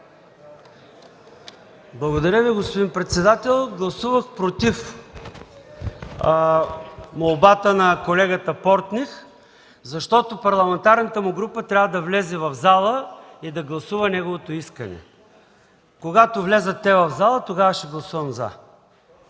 Благодаря Ви, господин председател. Гласувах „против” молбата на колегата Портних, защото парламентарната му група трябва да влезе в залата и да гласува неговото искане. Когато влязат те в залата, тогава ще гласувам „за”.